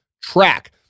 track